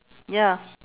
ya